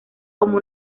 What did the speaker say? como